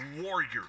Warriors